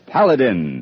Paladin